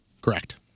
Correct